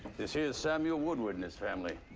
this here is samuel woodward and his family.